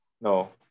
No